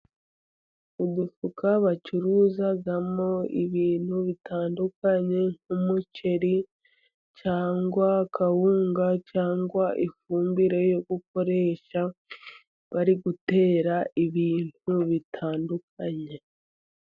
Udufuka bacuruzamo ibintu bitandukanye nk'umuceri, cyangwa kawunga, cyangwa ifumbire yo gukoresha bari gutera ibintu bitandukanye.